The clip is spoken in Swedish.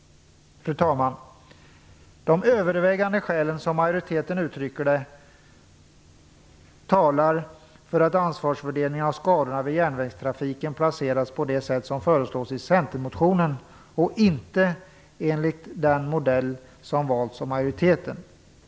Fru talman! De övervägande skälen, som majoriteten uttrycker det, talar för att ansvarsfördelningen av skador vid järnvägstrafik placeras på det sätt som föreslås i centermotionen och inte enligt den modell som valts av majoriteten.